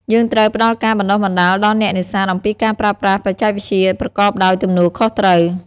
យើងត្រូវផ្តល់ការបណ្ដុះបណ្ដាលដល់អ្នកនេសាទអំពីការប្រើប្រាស់បច្ចេកវិទ្យាប្រកបដោយទំនួលខុសត្រូវ។